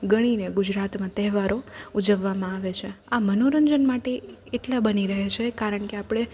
ગણીને ગુજરાતમાં તહેવારો ઉજવવામાં આવે છે આ મનોરંજન માટે એટલા બની રહે છે કારણ કે આપણે